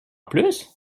plus